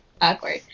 Awkward